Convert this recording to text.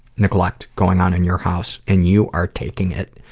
neglect going on in your house and you are taking it.